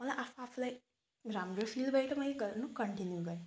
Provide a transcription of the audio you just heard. मलाई आफू आफूलाई राम्रो फिल भयो मैले गर्नु कन्टिन्यु गरेँ